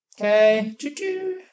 Okay